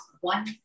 one